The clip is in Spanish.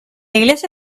iglesia